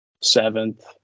seventh